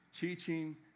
teaching